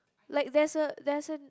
like there's a there's an